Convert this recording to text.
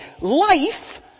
Life